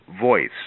voice